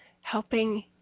Helping